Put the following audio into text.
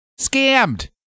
Scammed